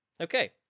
okay